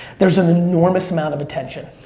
there's an enormous amount of attention.